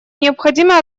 необходимо